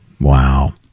Wow